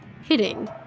hitting